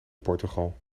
portugal